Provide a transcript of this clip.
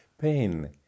pain